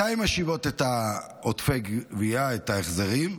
מתי הן משיבות את עודפי הגבייה, את ההחזרים?